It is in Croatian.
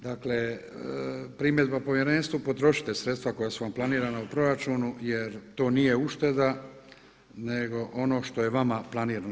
Dakle primjedba povjerenstvu, potrošite sredstva koja su vam planirana u proračunu jer to nije ušteda nego ono što je vama planirano.